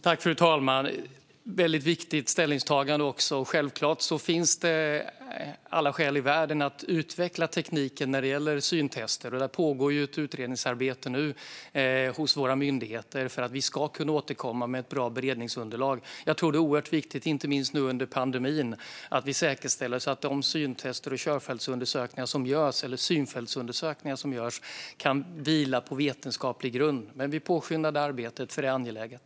Fru talman! Detta är också ett väldigt viktigt ställningstagande. Självklart finns det alla skäl i världen att utveckla tekniken när det gäller syntest. Det pågår nu ett utredningsarbete hos våra myndigheter för att vi ska kunna återkomma med ett bra beredningsunderlag. Jag tror att det är oerhört viktigt, inte minst nu under pandemin, att vi säkerställer att de syntest och synfältsundersökningar som görs kan vila på vetenskaplig grund. Vi påskyndar det arbetet, för det är angeläget.